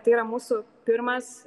tai yra mūsų pirmas